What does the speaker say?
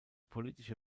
politische